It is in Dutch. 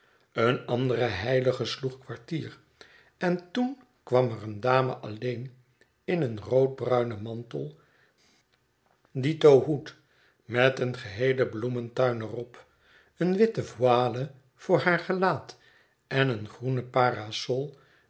een andere heilige sloeg kwartier en toen kwam er een dame alleen in een roodbruinen mantel dito hoed met een geheelen bloementuin er op een witten voile voor haar gelaat en een groenen parasol